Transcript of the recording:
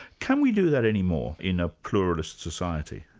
can we do that any more, in a pluralist society?